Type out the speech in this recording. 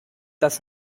das